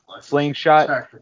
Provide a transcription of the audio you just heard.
slingshot